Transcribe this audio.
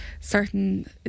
certain